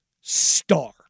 star